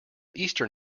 eastern